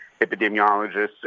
epidemiologists